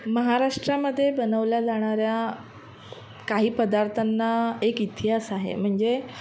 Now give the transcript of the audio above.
महाराष्ट्रामध्ये बनवल्या जाणाऱ्या काही पदार्थांना एक इतिहास आहे म्हणजे